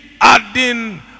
adding